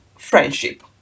Friendship